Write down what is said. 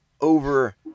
over